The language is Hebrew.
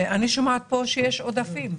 ואני שומעת פה שיש עודפים.